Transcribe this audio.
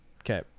Okay